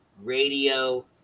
radio